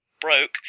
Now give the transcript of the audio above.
broke